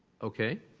okay.